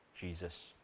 Jesus